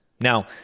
Now